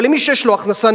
אבל מי שיש לו הכנסה,